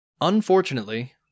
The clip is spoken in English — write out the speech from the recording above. Unfortunately